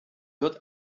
wird